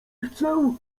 chcę